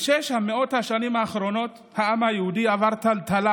ב-600 השנים האחרונות העם היהודי עבר טלטלה